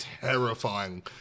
terrifying